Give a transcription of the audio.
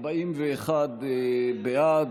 41 בעד,